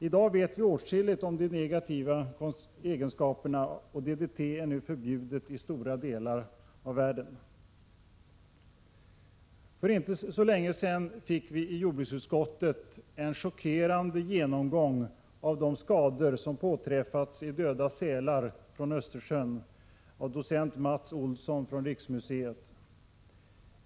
I dag vet vi åtskilligt om de negativa egenskaperna, och DDT är nu förbjudet i stora delar av världen. För inte så länge sedan fick vi i jordbruksutskottet en chockerande genomgång av de skador som av docent Mats Olsson från riksmuseet påträffats i döda sälar från Östersjön.